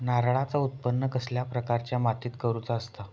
नारळाचा उत्त्पन कसल्या प्रकारच्या मातीत करूचा असता?